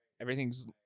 everything's